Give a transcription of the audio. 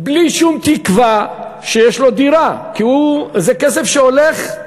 בלי שום תקווה שיש לו דירה, כי זה כסף שהולך,